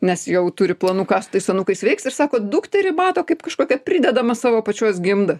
nes jau turi planų ką su tais anūkais veiks ir sako dukterį mato kaip kažkokią pridedamą savo pačios gimdą